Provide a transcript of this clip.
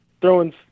throwing